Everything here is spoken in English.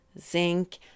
zinc